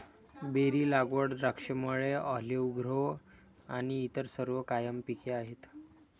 berry लागवड, द्राक्षमळे, olive grove आणि इतर सर्व कायम पिके आहेत